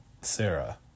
Sarah